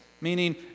Meaning